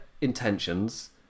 intentions